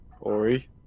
ori